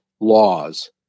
laws